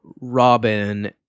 Robin